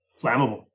flammable